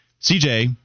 CJ